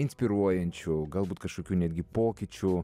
inspiruojančių galbūt kažkokių netgi pokyčių